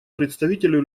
представителю